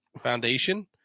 foundation